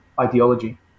ideology